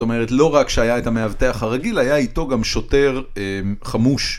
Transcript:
זאת אומרת, לא רק שהיה את המאבטח הרגיל, היה איתו גם שוטר חמוש.